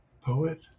poet